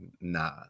nah